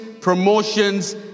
promotions